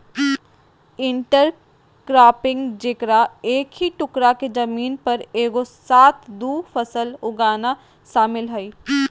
intercropping जेकरा एक ही टुकडा के जमीन पर एगो साथ दु फसल उगाना शामिल हइ